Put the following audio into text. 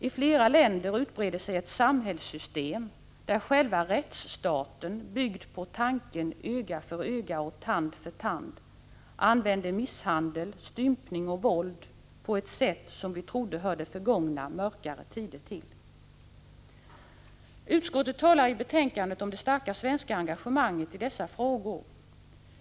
I flera länder utbreder sig ett samhällssystem där själva rättsstaten, byggd på tanken öga för öga och tand för tand, använder misshandel, stympning och våld på ett sätt som vi trodde hörde förgångna mörkare tider till. Utskottet talar i betänkandet om det starka svenska engagemanget i dessa frågor.